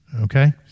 okay